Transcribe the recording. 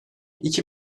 iki